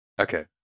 okay